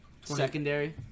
Secondary